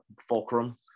Fulcrum